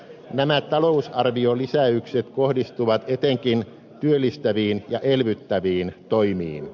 nämä talousarviolisäykset kohdistuvat etenkin työllistäviin ja elvyttäviin toimiin